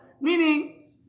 Meaning